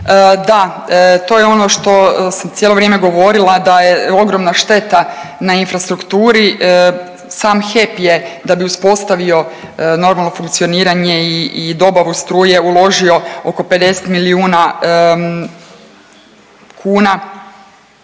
da to je ono što sam cijelo vrijeme govorila da je ogromna šteta na infrastrukturi. Sam HEP je da bi uspostavio normalno funkcioniranje i dobavu struje uložio oko 50 milijuna kuna,